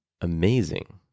amazing